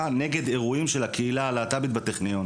נגד אירועים של הקהילה הלהט"בית בטכניון.